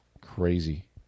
Crazy